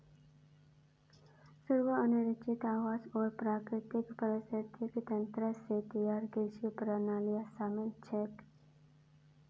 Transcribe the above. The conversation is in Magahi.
स्व अनुरक्षित आवास आर प्राकृतिक पारिस्थितिक तंत्र स तैयार कृषि प्रणालियां शामिल छेक